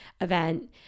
event